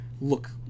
look